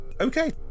Okay